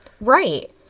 Right